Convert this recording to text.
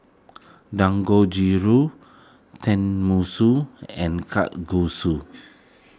Dangojiru Tenmusu and Kalguksu